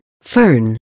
fern